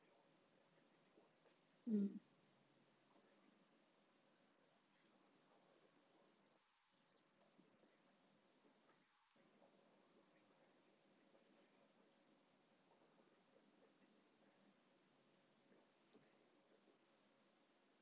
mm